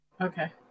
Okay